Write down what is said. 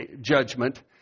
judgment